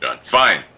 Fine